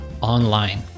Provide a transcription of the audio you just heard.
online